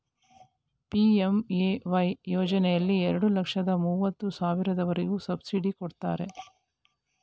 PMAY ಯೋಜನೆಯಲ್ಲಿ ಎರಡು ಲಕ್ಷದ ಮೂವತ್ತು ಸಾವಿರದವರೆಗೆ ಸಬ್ಸಿಡಿ ಕೊಡ್ತಾರೆ